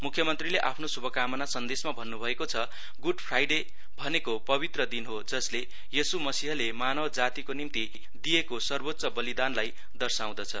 मुख्यमन्त्रीले आफ्नो शुभकामना सन्देशमा भन्नुभएको छ गुड फ्राइडे भनेको पवित्र दिन हो जसले यीशु मसिहले मानव जातीको निम्ति दिएको सर्वोच्य बलिदानलाई दर्शाउँदछ